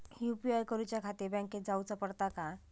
UPI करूच्याखाती बँकेत जाऊचा पडता काय?